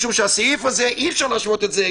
משום שאי אפשר להשוות את זה,